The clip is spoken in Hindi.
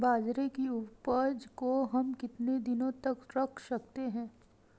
बाजरे की उपज को हम कितने दिनों तक रख सकते हैं?